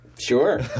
sure